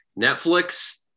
Netflix